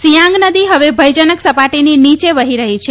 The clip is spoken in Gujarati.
સીયાંગ નદી હવે ભયજનક સપાટીની નીચે વહી રહી છે